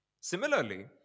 Similarly